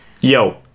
yo